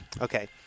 Okay